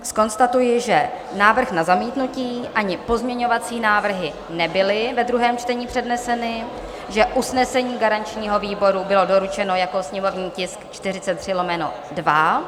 Zkonstatuji, že návrh na zamítnutí ani pozměňovací návrhy nebyly ve druhém čtení předneseny, že usnesení garančního výboru bylo doručeno jako sněmovní tisk 43/2.